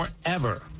Forever